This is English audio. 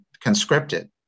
conscripted